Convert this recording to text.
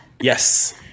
Yes